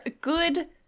good